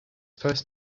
first